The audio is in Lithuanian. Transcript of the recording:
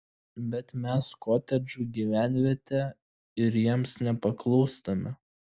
bet mes kotedžų gyvenvietė ir jiems nepaklūstame